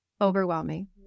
overwhelming